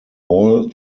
all